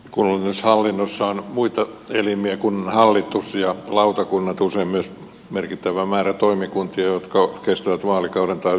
kunnallishallinnossa on muita elimiä kuin hallitus ja lautakunnat usein myös merkittävä määrä toimikuntia jotka kestävät vaalikauden tai suppeamman ajan